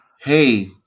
hey